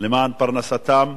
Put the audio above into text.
למען פרנסתם.